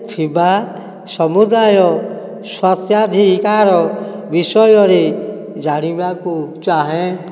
ଥିବା ସମୁଦାୟ ସ୍ୱତ୍ୱାଧିକାର ବିଷୟରେ ଜାଣିବାକୁ ଚାହେଁ